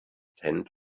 tent